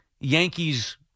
Yankees